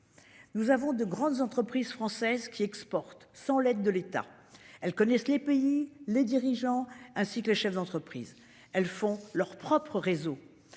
Nous avons de grandes entreprises françaises qui exportent sans l'aide de l'État. Elles connaissent les pays, les dirigeants ainsi que les chefs d'entreprise, elles font leurs propres réseaux